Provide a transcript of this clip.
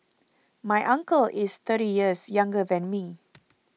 my uncle is thirty years younger than me